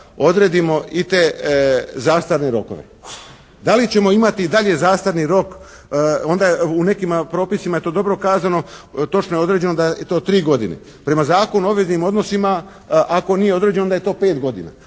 odredimo i te zastarne rokove. Da li ćemo imati i dalje zastarni rok? Onda u nekim propisima je to dobro kazano. Točno je određeno da je to tri godine. Prema Zakonu o obveznim odnosima ako nije određeno onda je to pet godina.